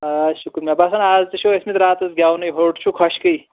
آ شُکُر مےٚ باسان اَز تہِ چھِو ٲسۍ مٕتۍ راتَس گٮ۪ونٕے ہوٚٹ چھُ خۄشکٕے